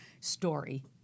story